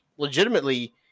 legitimately